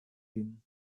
din